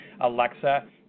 Alexa